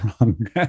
wrong